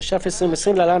התש"ף 2020 (להלן,